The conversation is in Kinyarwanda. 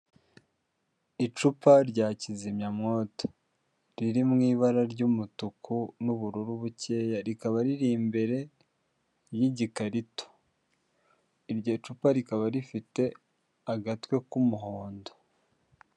Icupa rya kizimyamwoto, riri mu ibara ry'umutuku n'ubururu bukeya, rikaba riri mbere y'igikarito, iryo cupa rikaba rifite agatwe k'umuhondo.